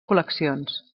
col·leccions